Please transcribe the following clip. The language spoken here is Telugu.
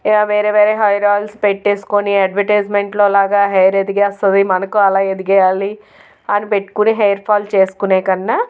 ఇగ వేరే వేరే హెయిర్ ఆయిల్స్ పెట్టుకొని అడ్వర్టైజ్మెంట్లోలాగా హెయిర్ ఎదిగేస్తుంది మనకు అలా ఎదిగేయాలి అని పెట్టుకుని హెయిర్ ఫాల్ చేసుకునే కన్నా